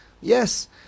Yes